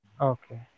Okay